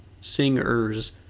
singers